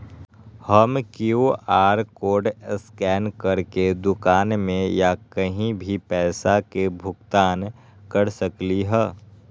हम QR code scan करके दुकान में या कहीं भी पैसा के भुगतान कर सकली ह?